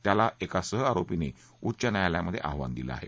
त्याला एका सहआरोपीनं उच्च न्यायालयामध्ये आव्हान दिलं आहे